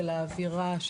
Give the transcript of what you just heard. של האווירה,